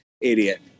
Idiot